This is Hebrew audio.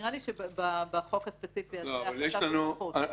נראה לי שבחוק הספציפי הזה החשש הוא פחות.